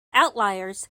outliers